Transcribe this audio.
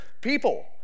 people